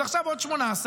ועכשיו עוד 18,